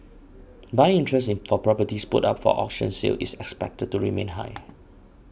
buying interest for properties put up for auction sale is expected to remain high